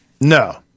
No